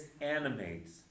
animates